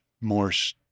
Morse